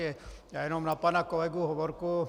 Já jen na pana kolegu Hovorku.